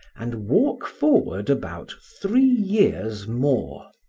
and walk forward about three years more.